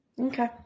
Okay